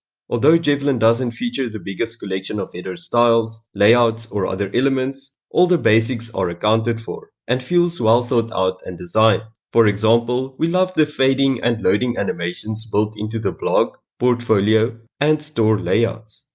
although javelin doesn't feature the biggest collection of header styles, layouts or other elements, all the basics are accounted for and feels well thought out and designed. for example, we love the fading and loading animations built into the blog, portfolio and store layouts.